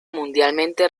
mundialmente